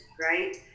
right